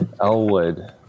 Elwood